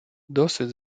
досвід